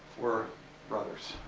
were brothers.